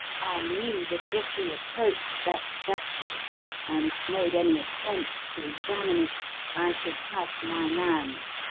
i knew that if he approached that statue and made any attempts to examine it i should have my man,